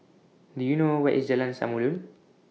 Do YOU know Where IS Jalan Samulun